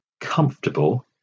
comfortable